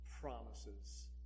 promises